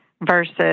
versus